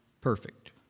perfect